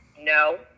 No